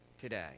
today